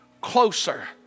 closer